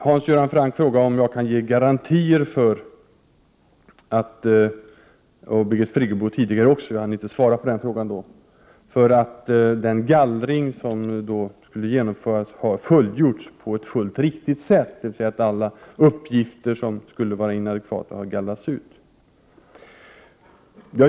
Hans Göran Franck och tidigare även Birgit Friggebo — jag hann inte svara då — frågade om jag kan ge garantier för att gallringen som skulle genomföras har fullgjorts på ett helt riktigt sätt, dvs. att alla uppgifter som skulle vara inadekvata har gallrats ut.